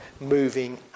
moving